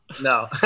No